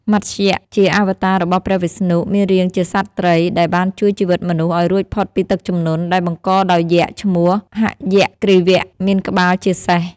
មត្ស្យ ជាអវតាររបស់ព្រះវិស្ណុ មានរាងជាសត្វត្រី ដែលបានជួយជីវិតមនុស្សឱ្យរួចផុតពីទឹកជំនន់ ដែលបង្កដោយយក្សឈ្មោះ ហយគ្រីវៈ(មានក្បាលជាសេះ)។